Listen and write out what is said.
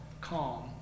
calm